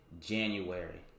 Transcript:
january